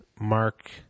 Mark